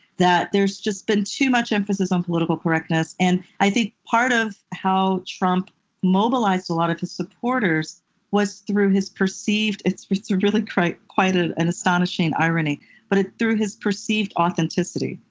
that there's just been too much emphasis on political correctness. and i think part of how trump mobilized a lot of his supporters was through his perceived it's really quite quite ah an astonishing irony but ah through his perceived authenticity,